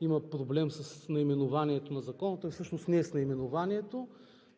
има проблем с наименованието на Закона. То всъщност не е с наименованието,